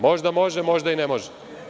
Možda može, a možda i ne može.